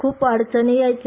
ख्रप अडचणी यायच्या